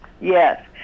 Yes